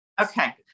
Okay